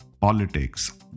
politics